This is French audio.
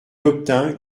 obtint